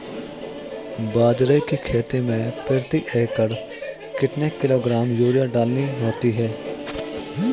बाजरे की खेती में प्रति एकड़ कितने किलोग्राम यूरिया डालनी होती है?